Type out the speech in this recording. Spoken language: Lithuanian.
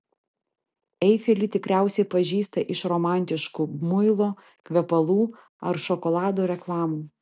eifelį tikriausiai pažįsta iš romantiškų muilo kvepalų ar šokolado reklamų